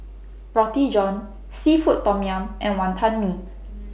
Roti John Seafood Tom Yum and Wantan Mee